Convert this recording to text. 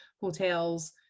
hotels